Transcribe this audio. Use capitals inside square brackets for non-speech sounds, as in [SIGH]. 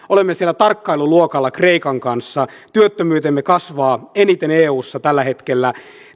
[UNINTELLIGIBLE] olemme siellä tarkkailuluokalla kreikan kanssa työttömyytemme kasvaa eniten eussa tällä hetkellä